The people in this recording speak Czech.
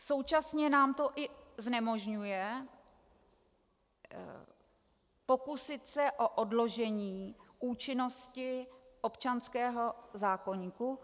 Současně nám to i znemožňuje pokusit se o odložení účinnosti občanského zákoníku.